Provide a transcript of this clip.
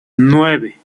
nueve